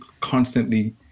constantly